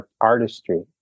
artistry